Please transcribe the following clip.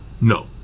no